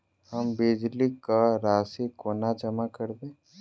हम बिजली कऽ राशि कोना जमा करबै?